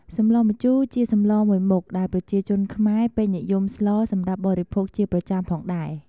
សម្លម្ជូរ ជាសម្លមួយមុខដែលប្រជាជនខ្មែរពេញនិយមស្លសម្រាប់បរិភោគជាប្រចាំផងដែរ។